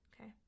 Okay